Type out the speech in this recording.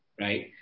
right